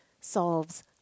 solves